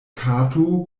kato